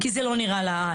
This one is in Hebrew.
כי זה לא נראה לעין.